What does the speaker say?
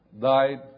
died